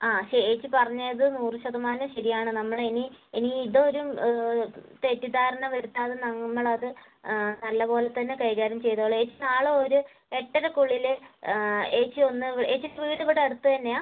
ആ ശരി ചേച്ചി പറഞ്ഞത് നൂറ് ശതമാനം ശരിയാണ് നമ്മൾ ഇനി ഇനി ഇത് ഒരു തെറ്റിദ്ധാരണ വരുത്താതെ നമ്മൾ അത് ആ നല്ല പോലെ തന്നെ കൈകാര്യം ചെയ്തോളാം ചേച്ചി നാളെ ഒരു എട്ടരക്കുള്ളിൽ ചേച്ചി ഒന്ന് ചേച്ചി വീട് ഇവിടെ അടുത്ത് തന്നെയാണോ